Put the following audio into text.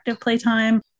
playtime